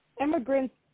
immigrants